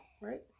right